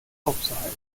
aufzuhalten